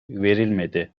verilmedi